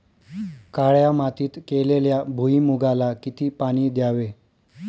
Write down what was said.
काळ्या मातीत केलेल्या भुईमूगाला किती पाणी द्यावे?